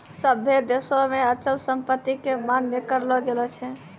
सभ्भे देशो मे अचल संपत्ति के मान्य करलो गेलो छै